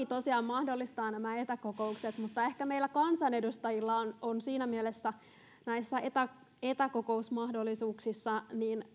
tosiaan mahdollistaa nämä etäkokoukset mutta ehkä meillä kansanedustajilla on on siinä mielessä näissä etäkokousmahdollisuuksissa